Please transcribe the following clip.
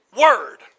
word